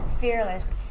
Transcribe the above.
fearless